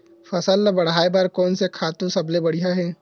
फसल ला बढ़ाए बर कोन से खातु सबले बढ़िया हे?